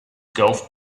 golf